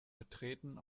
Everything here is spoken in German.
betreten